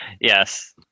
Yes